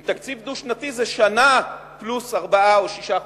עם תקציב דו-שנתי זה שנה פלוס ארבעה או שישה חודשים.